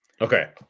Okay